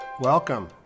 Welcome